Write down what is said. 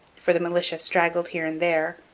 for the militia straggled here and there,